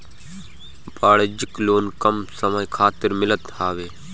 वाणिज्यिक लोन कम समय खातिर मिलत हवे